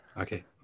Okay